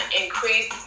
increase